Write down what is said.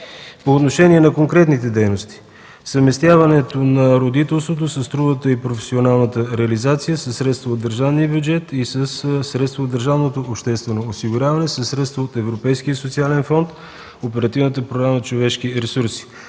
По отношение на конкретните дейности. Съвместяването на родителството с трудовата и професионална реализация е със средства от държавния бюджет и от държавното обществено осигуряване, Европейския социален фонд и Оперативната програма „Човешки ресурси”.